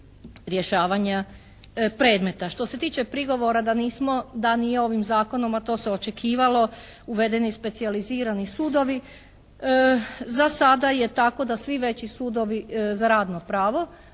rješavanja predmeta. Što se tiče prigovora da nismo, da nije ovim zakonom, a to se očekivalo, uvedeni specijalizirani sudovi. Za sada je tako da svi veći sudovi, za radno pravo,